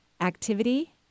activity